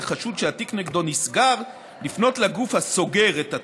לחשוד שהתיק נגדו נסגר לפנות לגוף שסגר